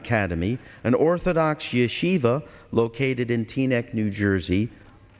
academy an orthodox yeshiva located in teaneck new jersey